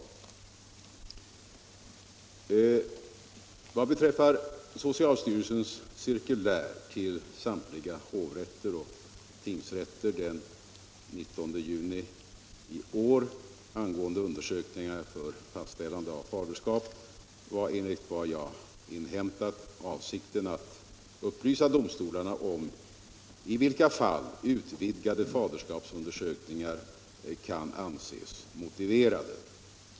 Vad beträffar socialstyrelsens cirkulär till samtliga hovrätter och tingsrätter den 19 juni i år angående undersökningar för fastställande av faderskap var enligt vad jag inhämtat avsikten att upplysa domstolarna om i vilka fall utvidgade faderskapsundersökningar kan anses motiverade.